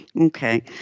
Okay